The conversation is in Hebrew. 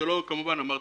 כפי שאמרתי,